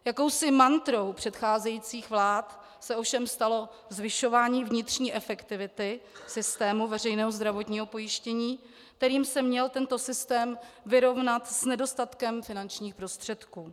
Jakousi mantrou předcházejících vlád se ovšem stalo zvyšování vnitřní efektivity systému veřejného zdravotního pojištění, kterým se měl tento systém vyrovnat s nedostatkem finančních prostředků.